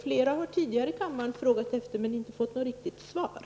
Flera ledmaöter i kammaren har tidigare frågat efter detta, men inte fått något riktigt svar.